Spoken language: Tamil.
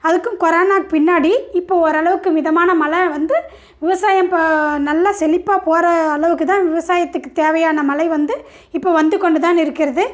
அதுக்கும் கொரோனா பின்னாடி இப்போ ஓரளவுக்கு மிதமான மழை வந்து விவசாயம் இப்போ நல்லா செழிப்பாக போகிற அளவுக்குத்தான் விவசாயத்துக்கு தேவையான மழை வந்து இப்போ வந்து கொண்டுதான் இருக்கிறது